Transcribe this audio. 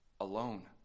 alone